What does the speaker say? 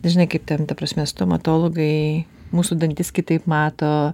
žinai kaip ten ta prasme stomatologai mūsų dantis kitaip mato